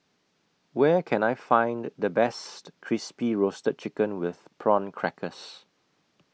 Where Can I Find The Best Crispy Roasted Chicken with Prawn Crackers